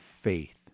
faith